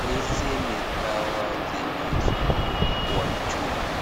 Hizi ni dawa zenye ziko kwa chupa.